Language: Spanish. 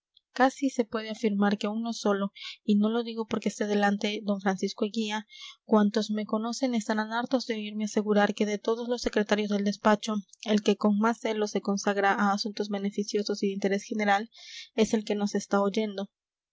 casi se puede afirmar que uno solo y no lo digo porque esté delante don francisco eguía cuantos me conocen estarán hartos de oírme asegurar que de todos los secretarios del despacho el que con más celo se consagra a asuntos beneficiosos y de interés general es el que nos está oyendo